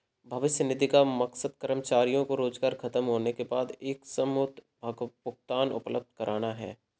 भविष्य निधि का मकसद कर्मचारियों को रोजगार ख़तम होने के बाद एकमुश्त भुगतान उपलब्ध कराना है